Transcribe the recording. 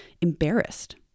embarrassed